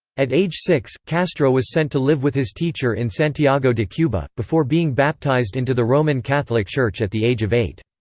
at age six, castro was sent to live with his teacher in santiago de cuba, before being baptized into the roman catholic church at the age of eight.